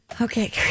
Okay